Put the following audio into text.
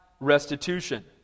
restitution